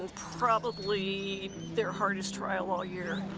probably their hardest trial all year.